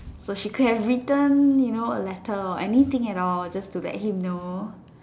so she could have return you know a letter or anything at all just to let him know